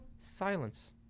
silence